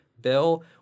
bill